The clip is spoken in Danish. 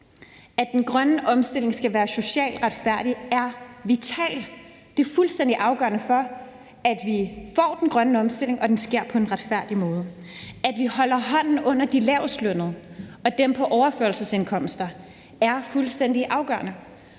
At den grønne omstilling skal være socialt retfærdig er vital. Det er fuldstændig afgørende for, at vi får den grønne omstilling, og at den sker på en retfærdig måde. At vi holder hånden under de lavestlønnede og dem på overførselsindkomster, er fuldstændig afgørende,